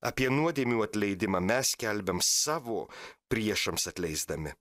apie nuodėmių atleidimą mes skelbiam savo priešams atleisdami